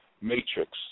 matrix